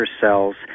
cells